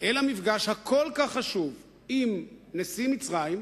אל המפגש הכל-כך חשוב עם נשיא מצרים,